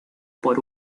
por